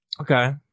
okay